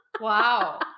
Wow